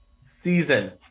season